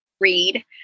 read